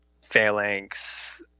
Phalanx